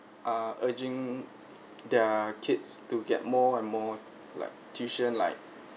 are urging their kids to get more and more like tuition like